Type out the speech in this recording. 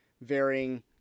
varying